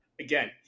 again